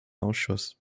ausschuss